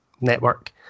network